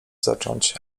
zacząć